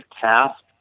task